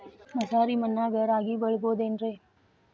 ಮಸಾರಿ ಮಣ್ಣಾಗ ರಾಗಿ ಬೆಳಿಬೊದೇನ್ರೇ?